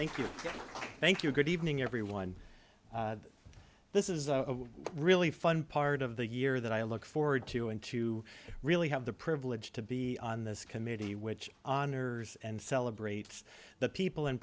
thank you thank you good evening everyone this is a really fun part of the year that i look forward to and to really have the privilege to be on this committee which honors and celebrates the people